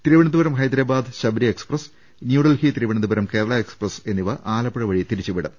Thiruvananthapuram Hyderabad Sabari express New Delhi Thiruvananthapuram Kerala express എന്നിവ Alappuzha വഴി തിരിച്ചു വിടും